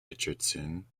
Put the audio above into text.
richardson